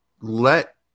let